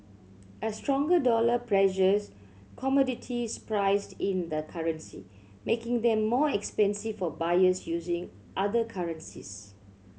a stronger dollar pressures commodities priced in the currency making them more expensive for buyers using other currencies